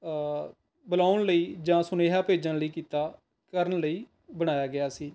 ਬੁਲਾਉਣ ਲਈ ਜਾਂ ਸੁਨੇਹਾ ਭੇਜਣ ਲਈ ਕੀਤਾ ਕਰਨ ਲਈ ਬਣਾਇਆ ਗਿਆ ਸੀ